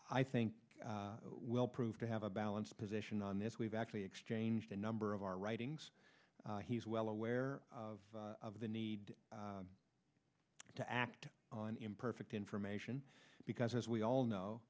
i think will prove to have a balanced position on this we've actually exchanged a number of our writings he's well aware of the need to act on imperfect information because as we all know